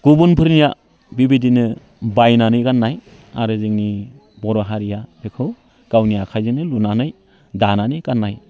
गुबुनफोरनिया बेबायदिनो बायनानै गाननाय आरो जोंनि बर' हारिया बेखौ गावनि आखाइजोंनो लुनानै दानानै गाननाय